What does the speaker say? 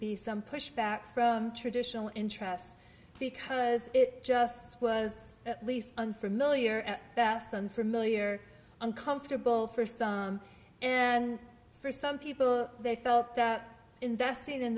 be some pushback from traditional interests because it just was at least unfamiliar and that sound familiar uncomfortable for some and for some people they felt that investing in